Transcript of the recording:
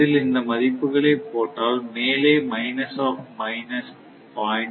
இதில் அந்த மதிப்புகளை போட்டால் மேலே மைனஸ் ஆஃப் மைனஸ் 0